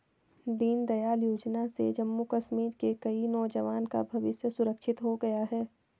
दीनदयाल योजना से जम्मू कश्मीर के कई नौजवान का भविष्य सुरक्षित हो गया